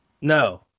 No